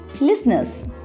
Listeners